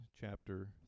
chapter